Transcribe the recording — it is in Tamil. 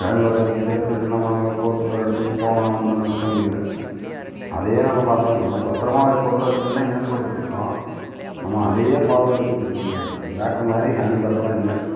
ஹேண்ட்பேக்கை இங்கேயிருந்து எடுத்துக்கிட்டு நம்ம அங்கே போகிறதுக்கு ஒரு இடத்துக்கு போனோம் வந்தோம்னு இருக்க முடியலை அதையே நம்ம பார்த்துக்கணும் பத்திரமா ஒரு பொருளை வச்சுக்கிணும்னே ஹேண்ட்பேக் வச்சுருக்கோம் நம்ம அதையே பாதுகாத்துக்கிட்டு இருக்க வேண்டியதாக இருக்குது பேக்கு மாதிரி ஹேண்ட்பேக்குலாம் இல்லை